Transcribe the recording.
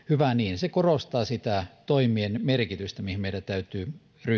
hyvä niin se korostaa niiden toimien merkitystä mihin meidän täytyy ryhtyä